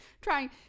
Trying